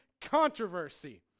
controversy